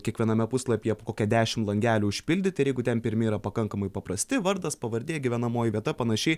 kiekviename puslapyje kokia dešimt langelių užpildyti ir jeigu ten pirmi yra pakankamai paprasti vardas pavardė gyvenamoji vieta panašiai